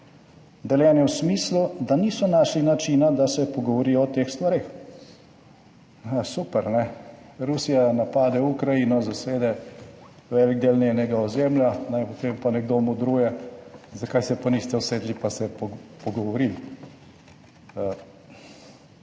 deljene v smislu, da niso našli načina, da se pogovorijo o teh stvareh«. Ja, super, ne. Rusija napade Ukrajino, zasede velik del njenega ozemlja, naj potem pa nekdo modruje, zakaj se pa niste usedli pa se pogovorili.